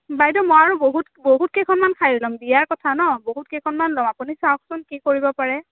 বাইদেউ মই আৰু বহুত বহুত কেইখনমান শাড়ী ল'ম বিয়াৰ কথা ন বহুত কেইখনমান ল'ম আপুনি চাওকছোন কি কৰিব পাৰে